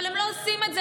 אבל הם לא עושים את זה.